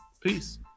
Peace